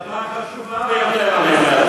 החלטה חשובה ביותר, אני אומר לך.